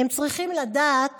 הם צריכים לדעת